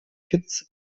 kitts